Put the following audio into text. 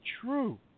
true